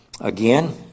Again